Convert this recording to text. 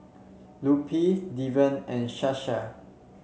Lupe Deven and Sasha